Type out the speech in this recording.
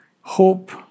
Hope